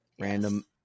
Random